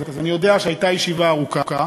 אז אני יודע שהייתה ישיבה ארוכה,